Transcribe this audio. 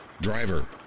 Driver